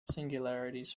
singularities